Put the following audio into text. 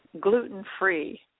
gluten-free